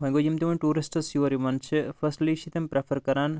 وۄنۍ گوٚو یِم تہِ ونۍ ٹورِسٹٕز یور یِوان چھِ فٔسلی چھِ تِم پریفَر کَران